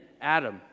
Adam